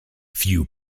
few